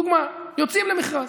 דוגמה, יוצאים למכרז.